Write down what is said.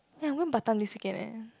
yeah I'm going Batam this weekend eh